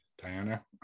Diana